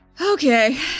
Okay